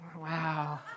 Wow